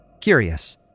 Curious